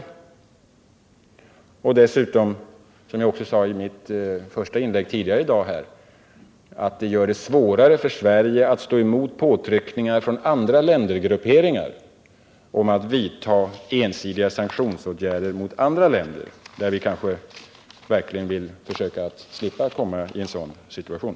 Dessutom medför sådana ensidiga aktioner — vilket jag också framhöll i mitt första inlägg i dag — att det blir svårare för Sverige att stå emot påtryckningar från andra ländergrupperingar om att vi skall vidta ensidiga sanktioner mot andra länder, där vi kanske verkligen vill slippa hamna i en sådan situation.